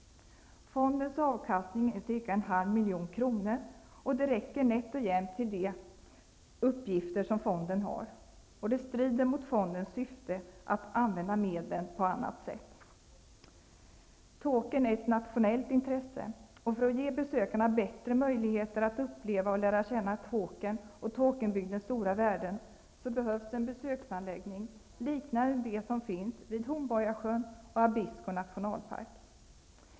Fondens avkastning är ca 1/2 miljon kronor -- det räcker nätt och jämt för de uppgifter som fonden har. Det strider mot fondens syfte att använda medlen på annat sätt. Tåkern är ett nationellt intresse. För att ge besökarna bättre möjligheter att uppleva och lära känna Tåkern och Tåkernbygdens stora värden behövs en besöksanläggning, liknande dem som finns vid Hornborgasjön och Abisko nationalpark.